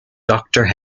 doctor